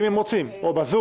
אם הם רוצים, או בזום.